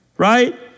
right